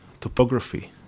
topography